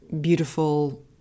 beautiful